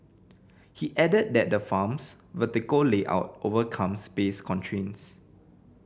he added that the farm's vertical layout overcomes space constraints